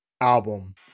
album